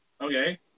okay